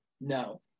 No